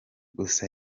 gusa